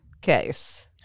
case